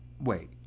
wait